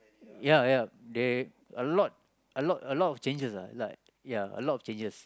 ya ya they a lot a lot a lot of changes lah like ya a lot of changes